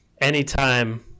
anytime